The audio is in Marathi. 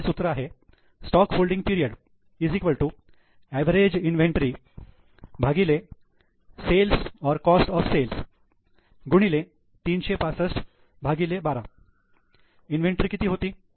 average inventory 365 stock holding period X sales और कॉस्ट ऑफ सेल्स 12 इन्व्हेंटरी किती होती